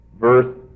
verse